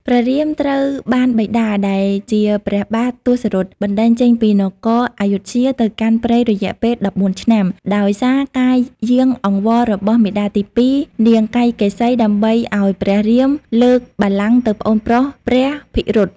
ព្រះរាមត្រូវបានបិតា ដែលជាព្រះបាទទសរថ បណ្ដេញចេញពីនគរអយុធ្យាទៅកាន់ព្រៃរយៈពេល ១៤ ឆ្នាំ ដោយសារការយាងអង្វររបស់មាតាទីពីរ នាងកៃកេសី ដើម្បីឲ្យព្រះរាមលើកបល្ល័ង្កទៅប្អូនប្រុសព្រះភិរុត ។